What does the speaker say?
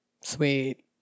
Sweet